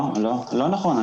לא נכון.